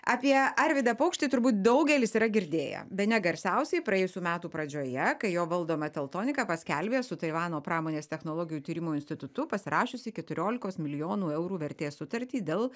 apie arvydą paukštį turbūt daugelis yra girdėję bene garsiausiai praėjusių metų pradžioje kai jo valdoma teltonika paskelbė su taivano pramonės technologijų tyrimų institutu pasirašiusi keturiolikos milijonų eurų vertės sutartį dėl